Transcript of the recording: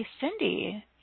Cindy